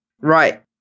Right